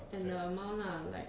and the amount lah like